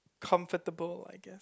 comfortable I guess